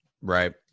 Right